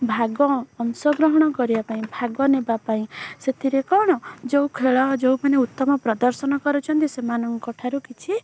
ଭାଗ ଅଂଶଗ୍ରହଣ କରିବାପାଇଁ ଭାଗ ନେବାପାଇଁ ସେଥିରେ କଣ ଯୋଉ ଖେଳ ଯେଉଁମାନେ ଉତ୍ତମ ପ୍ରଦର୍ଶନ କରନ୍ତି ସେମାନଙ୍କ ଠାରୁ କିଛି